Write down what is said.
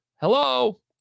hello